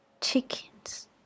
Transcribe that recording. chickens